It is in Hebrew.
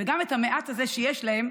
וגם את המעט הזה שיש להם,